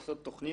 לעשות תוכנית,